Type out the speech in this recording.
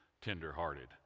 tender-hearted